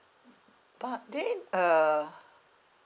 but then uh